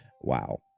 Wow